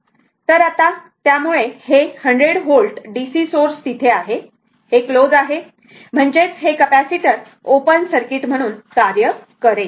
तर आता स्विच बराच काळ क्लोज होता त्यामुळे हे 100 व्होल्ट DC सोर्स तिथे आहे हे क्लोज आहे म्हणजेच हे कॅपेसिटर ओपन सर्किट म्हणून कार्य करेल